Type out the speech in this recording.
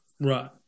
Right